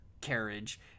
carriage